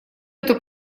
эту